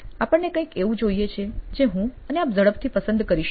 આપણને કંઈક એવી જોઈએ છે જે હું અને આપ ઝડપથી પસંદ કરી શકીએ